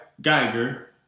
Geiger